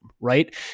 right